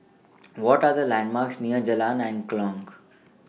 What Are The landmarks near Jalan Angklong